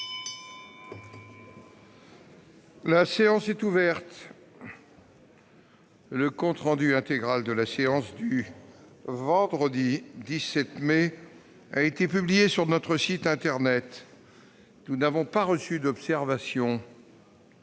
La séance est ouverte. Le compte rendu intégral de la séance du vendredi 17 mai 2019 a été publié sur le site internet du Sénat. Il n'y a pas d'observation